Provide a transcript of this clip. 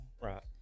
Right